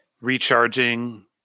recharging